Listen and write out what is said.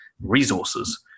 resources